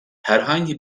herhangi